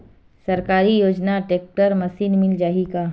सरकारी योजना tractor machine मिल जाही का?